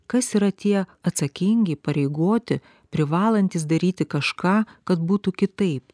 kas yra tie atsakingi įpareigoti privalantys daryti kažką kad būtų kitaip